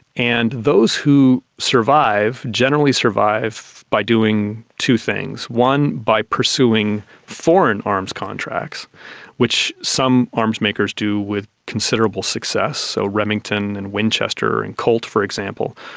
and those who survive generally survive by doing two things one, by pursuing foreign arms contracts which some arms makers do with considerable success, so remington and winchester and colt, for example,